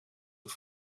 het